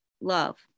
love